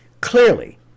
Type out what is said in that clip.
Clearly